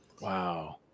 Wow